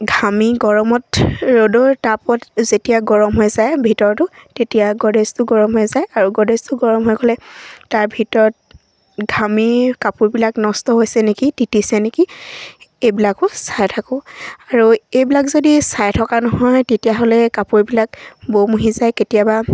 ঘামি গৰমত ৰ'দৰ তাপত যেতিয়া গৰম হৈ যায় ভিতৰতো তেতিয়া গড্ৰেজটো গৰম হৈ যায় আৰু গড্ৰেজটো গৰম হৈ গ'লে তাৰ ভিতৰত ঘামি কাপোৰবিলাক নষ্ট হৈছে নেকি তিতিছে নেকি এইবিলাকো চাই থাকোঁ আৰু এইবিলাক যদি চাই থকা নহয় তেতিয়াহ'লে কাপোৰবিলাক বুহি যায় কেতিয়াবা